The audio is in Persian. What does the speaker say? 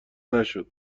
نشد